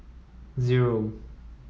zero